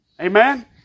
Amen